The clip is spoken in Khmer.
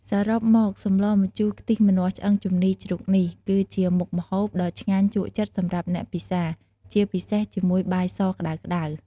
សរុបមក សម្លម្ជូរខ្ទិះម្នាស់ឆ្អឹងជំនីរជ្រូកនេះ គឺជាមុខម្ហូបដ៏ឆ្ងាញ់ជក់ចិត្តសម្រាប់អ្នកពិសា ជាពិសេសជាមួយបាយសក្តៅៗ។